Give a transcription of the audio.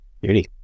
Beauty